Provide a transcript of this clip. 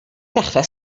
ddechrau